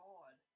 God